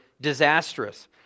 disastrous